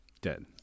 Dead